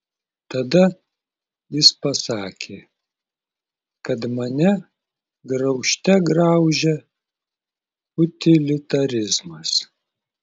tada jis pasakė kad mane graužte graužia utilitarizmas